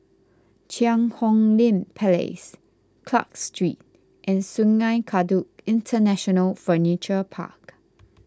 Cheang Hong Lim Place Clarke Street and Sungei Kadut International Furniture Park